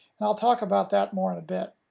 and i'll talk about that more in a bit.